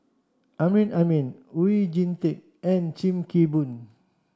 Amrin Amin Oon Jin Teik and Sim Kee Boon